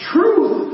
Truth